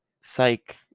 psych